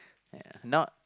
uh not